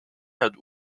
hat